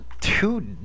two